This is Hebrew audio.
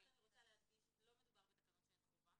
אז רק אני רוצה להדגיש לא מדובר בתקנות שהן חובה.